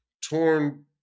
torn